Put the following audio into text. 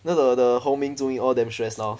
the the hong ming zu ming all damn stress now